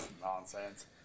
Nonsense